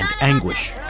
anguish